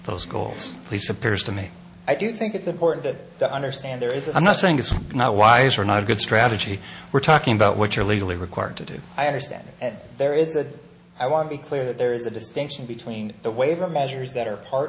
those schools police appears to me i do think it's important that the understand there is i'm not saying it's not wise or not a good strategy we're talking about what you're legally required to do i understand there is a i want to be clear that there is a distinction between the waiver measures that are part